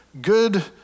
good